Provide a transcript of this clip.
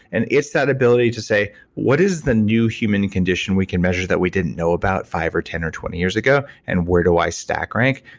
and it's that ability to say what is the new human condition we can measure that we didn't know about five or ten or twenty years ago and where do i stack rank?